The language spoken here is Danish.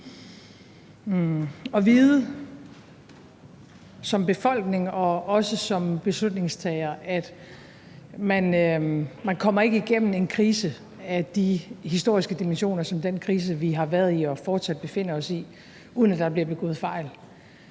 at vide som befolkning og også som beslutningstagere, at man ikke kommer igennem en krise af de historiske dimensioner som den krise, vi har været i og fortsat befinder os i, uden at der bliver begået fejl.